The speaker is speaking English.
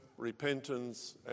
Repentance